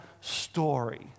story